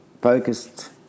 focused